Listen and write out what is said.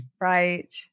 Right